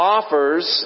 Offers